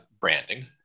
branding